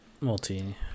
multi